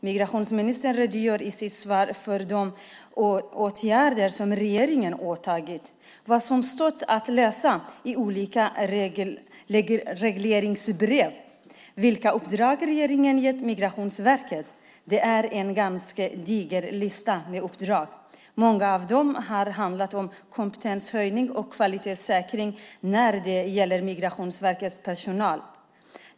Migrationsverket redogör i sitt svar för de åtgärder som regeringen vidtagit, vad som stått att läsa i olika regleringsbrev och vilka uppdrag regeringen gett Migrationsverket. Det är en ganska diger lista med uppdrag. Många av dem har handlat om kompetenshöjning och kvalitetssäkring när det gäller Migrationsverkets personal.